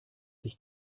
sich